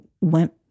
went